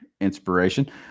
inspiration